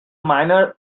minor